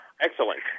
Excellent